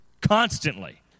constantly